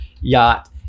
Yacht